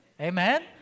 Amen